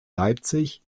leipzig